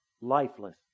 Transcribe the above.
lifeless